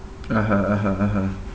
(uh huh) (uh huh) (uh huh)